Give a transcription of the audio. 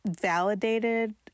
validated